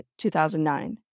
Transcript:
2009